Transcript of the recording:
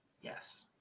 Yes